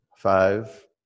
Five